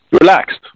relaxed